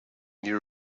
near